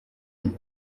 nke